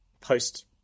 post